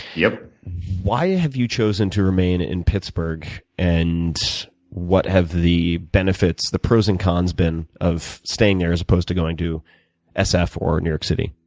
yeah why have you chosen to remain in pittsburgh, and what have the benefits the pros and cons been of staying there as opposed to going to ah sf or new york city?